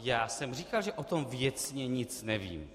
Já jsem říkal, že o tom věcně nic nevím.